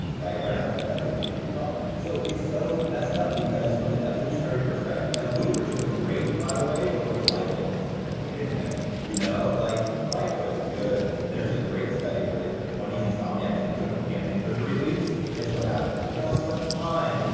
right? right that's that's what it used to be called. so, it's so messed up because from an evolutionary perspective. like we were doing great, by the way, before the light bulb was invented amen you know? like life was good. there's a great study where they took twenty insomniacs and they took them camping for three weeks. guess what happened? they all slept fine.